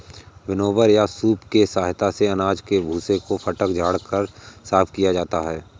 winnower या सूप की सहायता से अनाज के भूसे को फटक झाड़ कर साफ किया जाता है